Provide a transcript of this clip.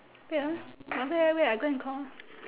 wait ah wait wait wait I go and call her